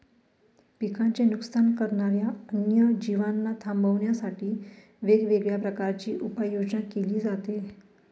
पिकांचे नुकसान करणाऱ्या अन्य जीवांना थांबवण्यासाठी वेगवेगळ्या प्रकारची उपाययोजना केली जाते